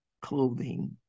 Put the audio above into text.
clothing